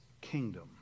kingdom